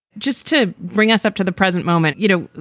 just to bring us up to the present moment, you know,